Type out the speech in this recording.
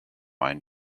einen